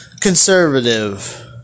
conservative